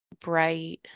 bright